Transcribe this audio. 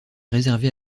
réservé